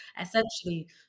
essentially